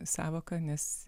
sąvoka nes